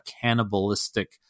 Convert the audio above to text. cannibalistic